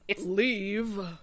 leave